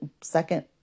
second